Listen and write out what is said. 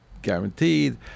guaranteed